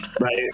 right